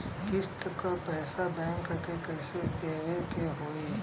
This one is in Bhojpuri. किस्त क पैसा बैंक के कइसे देवे के होई?